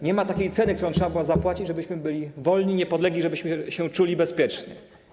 Nie ma takiej ceny, którą trzeba byłoby zapłacić, żebyśmy byli wolni, niepodlegli, żebyśmy się czuli bezpieczni.